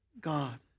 God